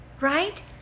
right